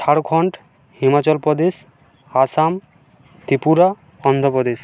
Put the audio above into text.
Jharkhand Himachal Pradesh Assam Tripura Andhra Pradesh